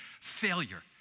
failure